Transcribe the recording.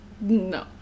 No